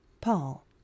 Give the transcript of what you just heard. PAUL